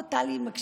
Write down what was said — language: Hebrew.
הו, טלי מקשיבה.